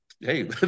hey